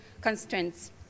constraints